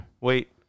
wait